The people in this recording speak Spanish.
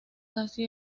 casi